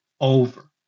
over